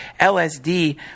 lsd